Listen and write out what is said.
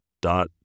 dot